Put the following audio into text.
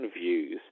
views